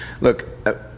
Look